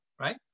right